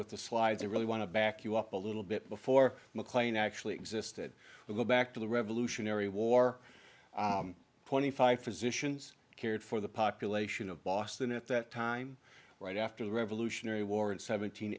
with the slides i really want to back you up a little bit before mclain actually existed but go back to the revolutionary war twenty five physicians cared for the population of boston at that time right after the revolutionary war and seven